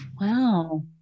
wow